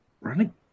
Running